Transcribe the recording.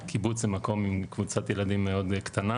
כדי לא להציק ולא לומר דברים לעומתיים.